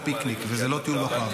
פיקניק וזה לא טיול בפארק.